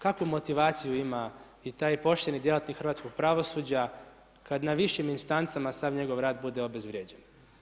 Kakvu motivaciju ima i taj pošteni djelatnik hrvatskog pravosuđa kad na višim instancama sav njegov rad bude obezvrijeđen.